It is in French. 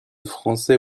français